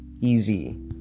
easy